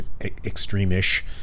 extreme-ish